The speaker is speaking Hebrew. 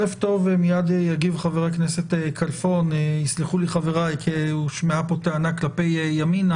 חבר הכנסת כלפון יגיב מיד מכיוון שהושמעה פה טענה כלפיו.